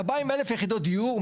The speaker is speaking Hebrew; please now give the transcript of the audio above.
אתה בא עם 1,000 יחידות דיור,